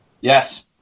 Yes